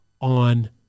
on